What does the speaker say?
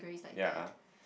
ya